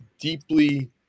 deeply